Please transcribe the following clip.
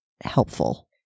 helpful